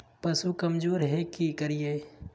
पशु कमज़ोर है कि करिये?